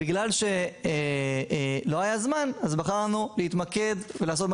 בגלל שלא היה זמן בחרנו להתמקד ולעשות מה